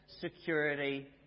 security